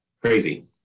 crazy